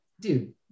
dude